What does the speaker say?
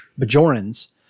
Bajorans